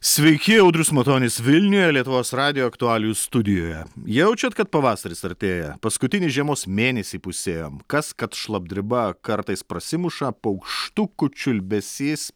sveiki audrius matonis vilniuje lietuvos radijo aktualijų studijoje jaučiat kad pavasaris artėja paskutinį žiemos mėnesį įpusėjom kas kad šlapdriba kartais prasimuša paukštukų čiulbesys